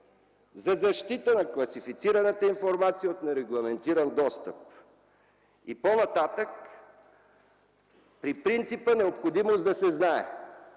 За защита на класифицираната информация от нерегламентиран достъп. И по-нататък - при принципа „необходимост да се знае”,